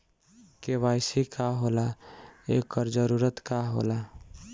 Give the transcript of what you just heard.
KYC का होला एकर जरूरत का होला?